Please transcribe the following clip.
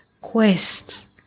quests